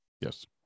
Yes